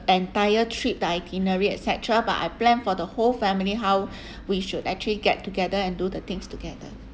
entire trip the itinerary et cetera but I plan for the whole family how we should actually get together and do the things together